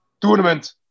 tournament